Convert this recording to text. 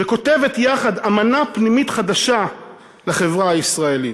וכותבת יחד אמנה פנימית חדשה לחברה הישראלית.